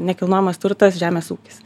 nekilnojamas turtas žemės ūkis